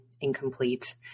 incomplete